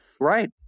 Right